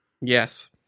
Yes